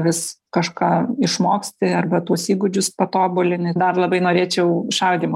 vis kažką išmoksti arba tuos įgūdžius patobulini labai norėčiau šaudymo